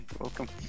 welcome